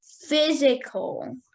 physical